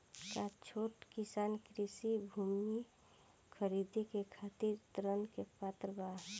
का छोट किसान कृषि भूमि खरीदे के खातिर ऋण के पात्र बा?